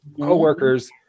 co-workers